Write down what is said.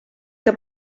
que